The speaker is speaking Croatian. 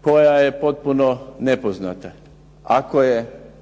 koja je potpuno nepoznata